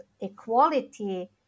equality